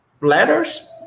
letters